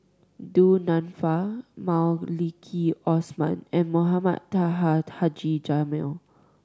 Du Nanfa Maliki Osman and Mohamed Taha Haji Jamil